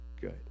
good